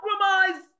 compromise